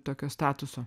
tokio statuso